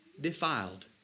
defiled